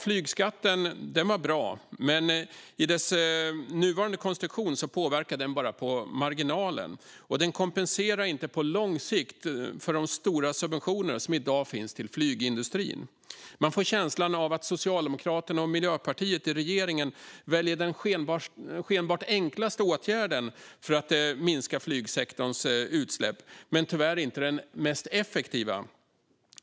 Flygskatten var bra, men i dess nuvarande konstruktion påverkar den bara på marginalen, och den kompenserar inte på lång sikt de stora subventioner till flygindustrin som finns i dag. Man får känslan av att Socialdemokraterna och Miljöpartiet i regeringen väljer den skenbart enklaste åtgärden för att minska flygsektorns utsläpp men tyvärr inte den mest effektiva.